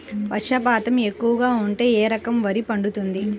వర్షపాతం ఎక్కువగా ఉంటే ఏ రకం వరి పండుతుంది?